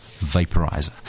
vaporizer